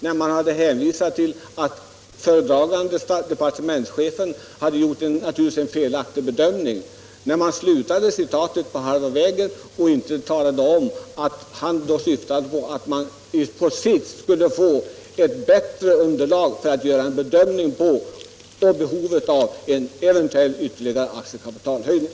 Här hänvisades det till att föredragande departementschefen hade gjort en felbedömning, men citatet slutade på halva vägen. Man talade aldrig om att departementschefen syftade på att man på lång sikt skulle få ett bättre underlag för att göra en bedömning rörande behovet av en ytterligare, eventuell aktiekapitalhöjning.